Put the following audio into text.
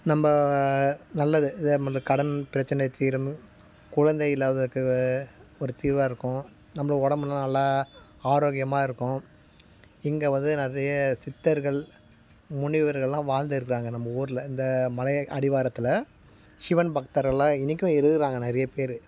நம்ம நல்லது இதே இந்தக் கடன் பிரச்சினை தீரும் குழந்தை இல்லாதவற்கு ஒரு தீர்வாக இருக்கும் நம்ம உடம்புல நல்லா ஆரோக்கியமாக இருக்கும் இங்கே வந்து நிறைய சித்தர்கள் முனிவர்கள்லாம் வாழ்ந்து இருக்கிறாங்க நம்ம ஊரில் இந்த மலை அடிவாரத்தில் ஷிவன் பக்தர்கள்லாம் இன்றைக்கும் இருக்கிறாங்க நிறைய பேர்